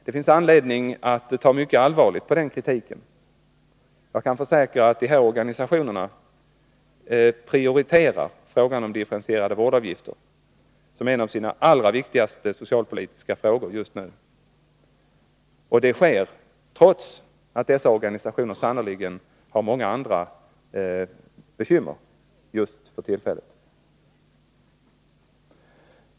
Det finns anledning att ta mycket allvarligt på den kritiken. Jag kan försäkra att dessa organisationer prioriterar frågan om differentierade vårdavgifter som en av sina allra viktigaste socialpolitiska frågor just nu. Det sker trots att organisationerna sannerligen har många andra bekymmer just för tillfället.